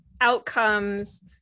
outcomes